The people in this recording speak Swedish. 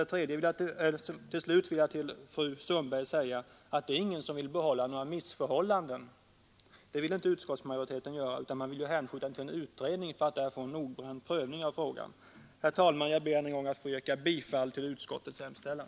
Till slut vill jag till fru Sundberg säga att det är ingen som vill ha kvar några missförhållanden. Det vill inte utskottsmajoriteten, utan den vill hänskjuta frågan till en utredning för att där få en noggrann prövning av den. Herr talman! Jag ber att än en gång få yrka bifall till utskottets hemställan.